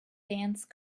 dance